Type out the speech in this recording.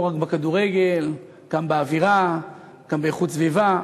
לא רק בכדורגל, גם באווירה, גם באיכות הסביבה.